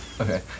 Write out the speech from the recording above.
okay